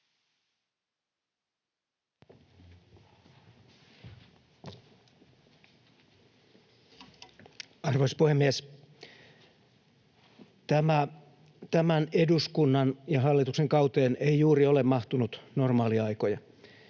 Arvoisa puhemies! Tämän eduskunnan ja hallituksen kauteen ei juuri ole mahtunut normaaliaikoja.